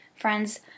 friends